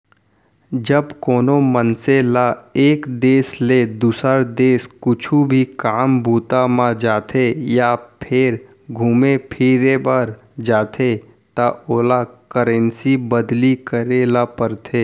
जब कोनो मनसे ल एक देस ले दुसर देस कुछु भी काम बूता म जाथे या फेर घुमे फिरे बर जाथे त ओला करेंसी बदली करे ल परथे